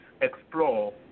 explore